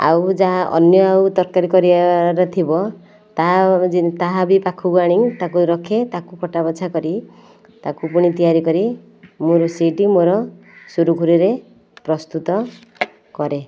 ଆଉ ଯାହା ଅନ୍ୟ ଆଉ ତରକାରୀ କରିବାର ଥିବ ତାହା ବି ପାଖକୁ ଆଣି ତାକୁ ରଖେ ତାକୁ କଟା ବଛା କରି ତାକୁ ପୁଣି ତିଆରି କରି ମୋ ରୋଷେଇ ଟି ମୋର ସୁରୁଖୁରୁରେ ପ୍ରସ୍ତୁତ କରେ